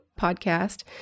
podcast